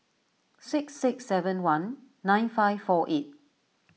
six six seven one nine five four eight